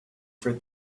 for